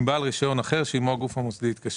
בעל רישיון אחר שעימו הגוף המוסדי התקשר.